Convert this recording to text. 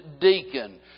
deacon